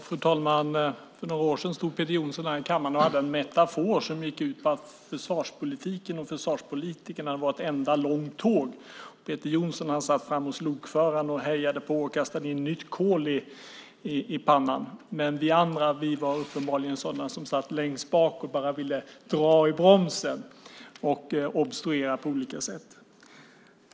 Fru talman! För några år sedan stod Peter Jonsson i kammaren och hade en metafor som gick ut på att försvarspolitiken och försvarspolitikerna var ett enda långt tåg där Peter Jonsson satt framme hos lokföraren och hejade på och kastade in nytt kol i pannan, medan vi andra uppenbarligen var sådana som satt längst bak och bara ville dra i bromsen och obstruera på olika sätt.